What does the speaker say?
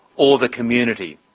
or the community.